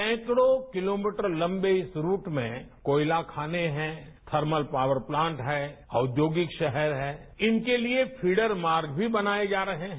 सैंकड़ों किलोमीटर लंबे इस रूट में कोयला खाने हैं थर्मल पावर प्लांट हैं औद्योभिक शहर हैं इनके लिए फ्रींडर मार्ग भी बनाये जा रहे हैं